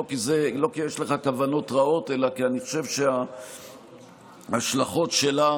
לא כי יש לך כוונות רעות אלא כי אני חושב שההשלכות שלה